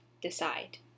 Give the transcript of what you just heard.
decide